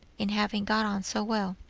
in having got on so well.